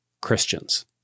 Christians